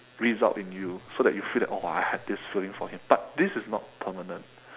result in you so that you feel that !wah! I have this feeling for him but this is not permanent